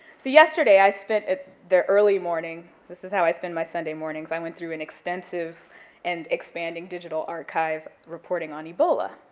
so yesterday i spent the early morning, this is how i spend my sunday mornings, i went through an extensive and expanding digital archive reporting on ebola.